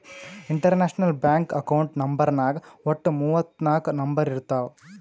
international bank account ನಂಬರ್ನಾಗ್ ವಟ್ಟ ಮೂವತ್ ನಾಕ್ ನಂಬರ್ ಇರ್ತಾವ್